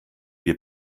wir